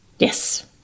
Yes